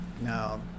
now